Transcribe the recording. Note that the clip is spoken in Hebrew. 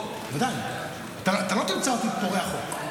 אתה לא תמצא אותי פורע חוק.